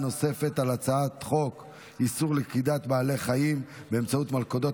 הצעת חוק איסור לכידת בעלי חיים באמצעות מלכודות,